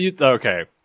Okay